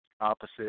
opposite